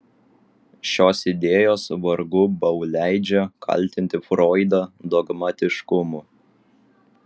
šios idėjos vargu bau leidžia kaltinti froidą dogmatiškumu